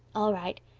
all right.